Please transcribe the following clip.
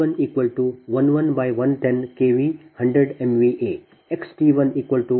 ಆದ್ದರಿಂದ T111110 kV 100 MVA xT10